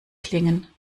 klingen